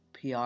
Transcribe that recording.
PR